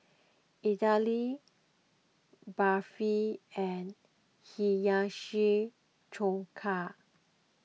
Idili Barfi and Hiyashi Chuka